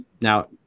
Now